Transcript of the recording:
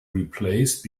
replaced